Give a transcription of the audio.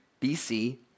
BC